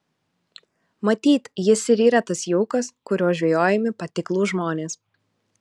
matyt jis ir yra tas jaukas kuriuo žvejojami patiklūs žmonės